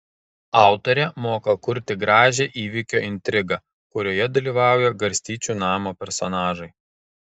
autorė moka kurti gražią įvykio intrigą kurioje dalyvauja garstyčių namo personažai